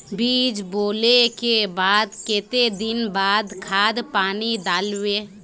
बीज बोले के बाद केते दिन बाद खाद पानी दाल वे?